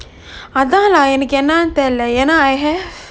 அதாலா எனக்கு என்னான்னு தெரியல ஏன்னா:athala enakku ennannu theriyala eanna I have